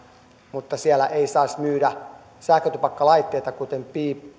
mutta siellä ei saisi myydä sähkötupakkalaitteita kuten